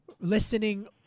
listening